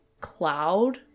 cloud